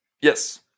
yes